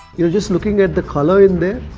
you know just looking at the colour in there.